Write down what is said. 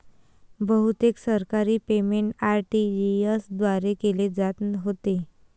बहुतेक सरकारी payment RTGS द्वारे केले जात होते